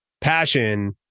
passion